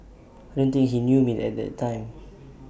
I don't think he knew me at that time